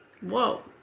Whoa